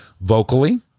vocally